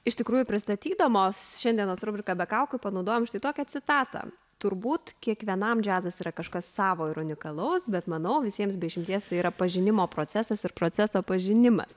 iš tikrųjų pristatydamos šiandienos rubriką be kaukių panaudojom štai tokią citatą turbūt kiekvienam džiazas yra kažkas savo ir unikalaus bet manau visiems be išimties tai yra pažinimo procesas ir proceso pažinimas